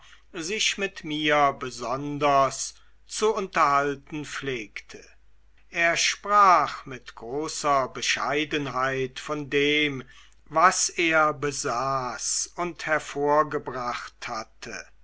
sich mit mir besonders zu unterhalten pflegte er sprach mit großer bescheidenheit von dem was er besaß und hervorgebracht hatte